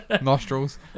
Nostrils